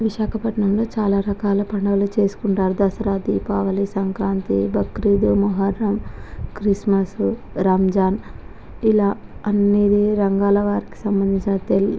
విశాఖపట్నంలో చాలా రకాల పండుగలు చేసుకుంటారు దసరా దీపావళి సంక్రాంతి బక్రీద్ మొహరం క్రిస్మస్ రంజాన్ ఇలా అన్నీ రంగాల వారికి సంబంధించిన తెల్